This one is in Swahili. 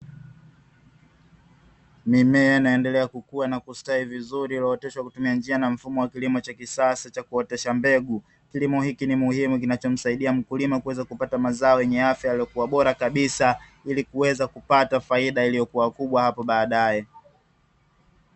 Mimea inaendelea kukua na kustawi vizuri iliyooteshwa kwa kutumia njia na mfumo wa kilimo cha kisasa cha kuotesha mbegu. Kilimo hiki ni muhimu kinachomsaidia mkulima kuweza kupata mazao yenye afya yaliyokuwa bora kabisa ili kuweza kupata faida iliyokuwa kubwa hapo baadae.